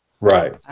Right